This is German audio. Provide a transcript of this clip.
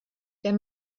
der